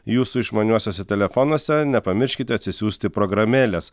jūsų išmaniuosiuose telefonuose nepamirškite atsisiųsti programėlės